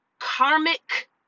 karmic